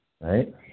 right